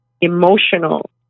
emotional